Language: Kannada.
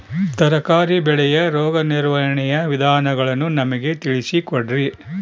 ತರಕಾರಿ ಬೆಳೆಯ ರೋಗ ನಿರ್ವಹಣೆಯ ವಿಧಾನಗಳನ್ನು ನಮಗೆ ತಿಳಿಸಿ ಕೊಡ್ರಿ?